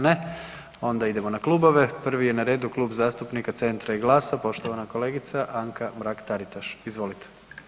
Ne, onda idemo na klubove, prvi je na redu Klub zastupnika Centra i GLAS-a, poštovana kolegica Anka Mrak-Taritaš, izvolite.